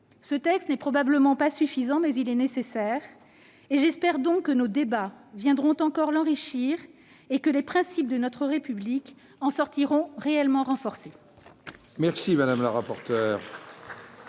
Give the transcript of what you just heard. ce texte n'est probablement pas suffisant, mais qu'il est nécessaire. J'espère donc que nos débats viendront encore l'enrichir et que les principes de notre République en sortiront réellement renforcés.